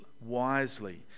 wisely